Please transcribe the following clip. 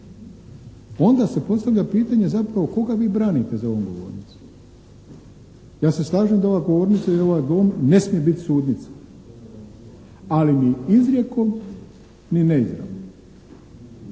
onda se postavlja pitanje zapravo koga vi branite za ovom govornicom? Ja se slažem da ova govornica i ovaj Dom ne smije biti sudnica. Ali ni izrijekom ni neizravno.